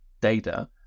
data